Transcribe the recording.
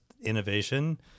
innovation